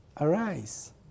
Arise